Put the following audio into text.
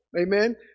amen